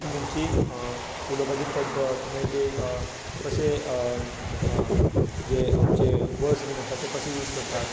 तांची उलोवपाची पध्दत मागीर ते कशे जे आमचे वर्ड्स बी आसात ते कशें यूज करता